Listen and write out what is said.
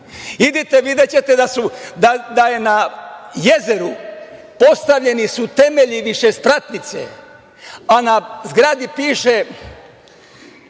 Idite, videćete da su na jezeru postavljeni temelji višespratnice, a na zgadi piše